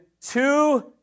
two